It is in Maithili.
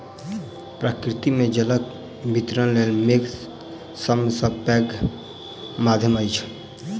प्रकृति मे जलक वितरणक लेल मेघ सभ सॅ पैघ माध्यम अछि